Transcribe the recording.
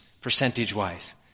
percentage-wise